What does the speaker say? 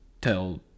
tell